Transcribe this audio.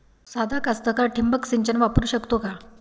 सादा कास्तकार ठिंबक सिंचन वापरू शकते का?